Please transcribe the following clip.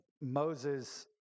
moses